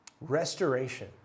Restoration